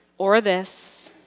or this.